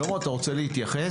שלמה, אתה רוצה להתייחס?